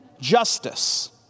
justice